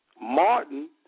Martin